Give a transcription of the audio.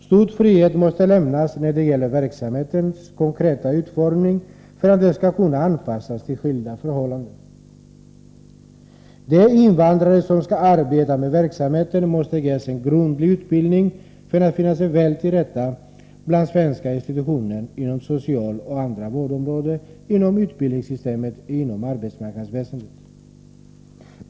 Stor frihet måste lämnas när det gäller verksamhetens konkreta utformning, för att den skall kunna anpassas till skilda förhållanden. De invandrare som skall arbeta med verksamheten måste ges en grundlig utbildning för att finna sig väl till rätta bland svenska institutioner inom det sociala fältet och på andra vårdområden, inom utbildningssystemet och inom arbetsmarknadsväsendet.